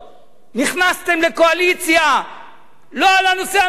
נכנסתם לקואליציה לא על הנושא המדיני,